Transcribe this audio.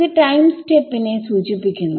ഇത് ടൈം സ്റ്റെപ്പിനെസൂചിപ്പിക്കുന്നു